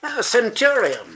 Centurion